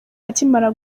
akimara